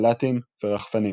מל"טים ורחפנים,